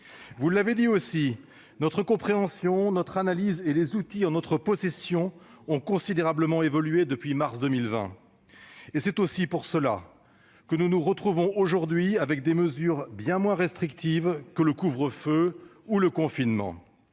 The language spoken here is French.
le rapporteur, notre compréhension, notre analyse et les outils en notre possession ont considérablement évolué depuis mars 2020. C'est aussi la raison pour laquelle nous nous retrouvons aujourd'hui avec des mesures bien moins restrictives que le couvre-feu ou le confinement.